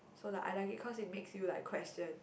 so like I like it cause it makes you like question